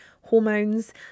hormones